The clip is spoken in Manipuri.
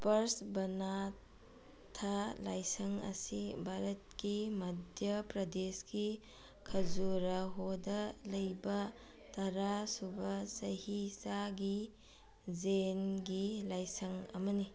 ꯄ꯭ꯔꯁꯕꯅꯥꯊ ꯂꯥꯏꯁꯪ ꯑꯁꯤ ꯚꯥꯔꯠꯀꯤ ꯃꯙ꯭ꯌꯥ ꯄ꯭ꯔꯗꯦꯁꯀꯤ ꯈꯖꯨꯔꯥꯍꯣꯗ ꯂꯩꯕ ꯇꯔꯥ ꯁꯨꯕ ꯆꯍꯤ ꯆꯥꯒꯤ ꯖꯦꯟꯒꯤ ꯂꯥꯏꯁꯪ ꯑꯃꯅꯤ